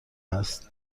است